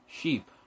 sheep